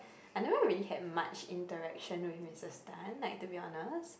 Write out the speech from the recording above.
I never really have much interaction with Missus Tan like to be honest